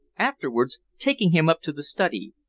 afterwards taking him up to the study.